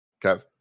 Kev